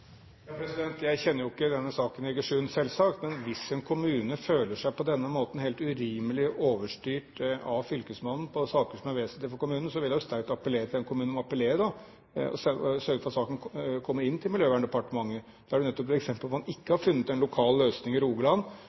Jeg kjenner jo ikke denne saken i Egersund, selvsagt. Men hvis en kommune på denne måten føler seg helt urimelig overstyrt av fylkesmannen i saker som er vesentlig for kommunen, vil jeg jo sterkt appellere til den kommunen om å appellere og sørge for at saken kommer inn til Miljøverndepartementet. Dette er jo nettopp et eksempel på at man ikke har funnet en lokal løsning i Rogaland.